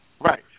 Right